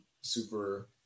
super